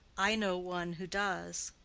i know one who does.